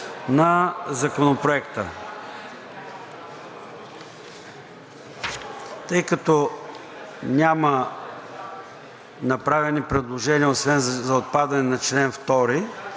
на Законопроекта. Тъй като няма направени предложения освен за отпадане на чл. 2,